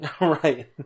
Right